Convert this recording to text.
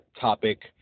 topic